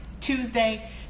tuesday